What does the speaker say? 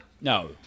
No